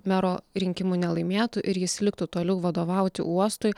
mero rinkimų nelaimėtų ir jis liktų toliau vadovauti uostui